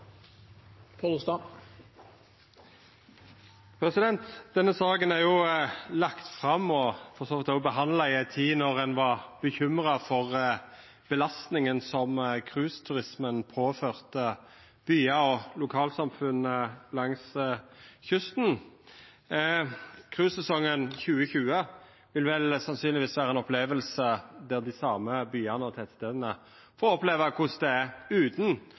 Denne saka vart jo lagd fram og for så vidt òg behandla i ei tid då ein var bekymra for belastninga som cruiseturismen påførte byar og lokalsamfunn langs kysten. Cruisesesongen 2020 vil vel sannsynlegvis dei same byane og tettstadene få oppleva korleis det er utan cruiseturistar. Det